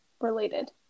related